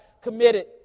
committed